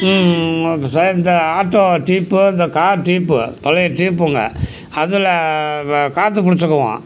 இந்த auto tube இந்த car tube பழைய டீப்புங்க அதில் காற்று பிடிச்சிக்குவோம்